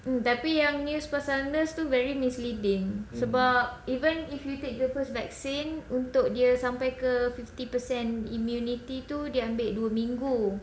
mm tapi yang news pasal nurse tu very misleading sebab even if you take your first vaccine untuk dia sampai ke fifty percent immunity tu dia ambil dua minggu